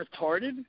retarded